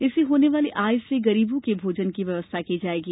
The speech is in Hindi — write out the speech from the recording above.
इससे होने वाली आय से गरीबों के भोजन की व्यवस्था की जाएगी